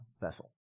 vessel